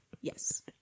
Yes